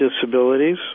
disabilities